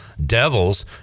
Devils